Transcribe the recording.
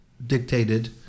Dictated